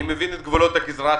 אני מבין את גבולות הגזרה שנמצאים.